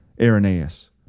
Irenaeus